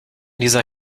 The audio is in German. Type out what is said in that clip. dieser